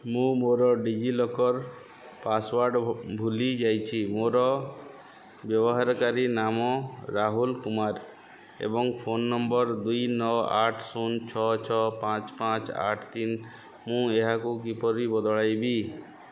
ମୁଁ ମୋର ଡିଜିଲକର ପାସ୍ୱାର୍ଡ଼ ଭୁଲି ଯାଇଛି ମୋର ବ୍ୟବହାରକାରୀ ନାମ ରାହୁଲ କୁମାର ଏବଂ ଫୋନ୍ ନମ୍ବର ଦୁଇ ନଅ ଆଠ ଶୂନ ଛଅ ଛଅ ପାଞ୍ଚ ପାଞ୍ଚ ଆଠ ତିନି ମୁଁ ଏହାକୁ କିପରି ବଦଳାଇବି